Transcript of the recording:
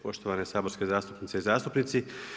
Poštovane saborske zastupnice i zastupnici.